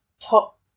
top